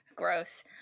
gross